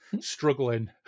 struggling